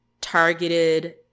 targeted